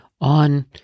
on